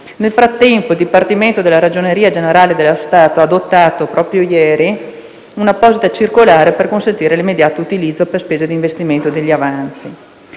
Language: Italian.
Nel frattempo, il Dipartimento della Ragioneria generale dello Stato ha adottato, proprio ieri, un'apposita circolare per consentire l'immediato utilizzo per spese di investimento degli avanzi.